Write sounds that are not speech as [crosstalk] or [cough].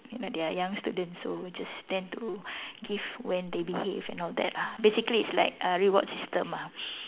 you know they are young students so just tend to [breath] give when they behave and all that ah basically it's like a reward system ah